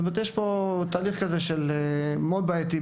יש פה תהליך מאוד בעייתי,